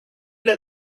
let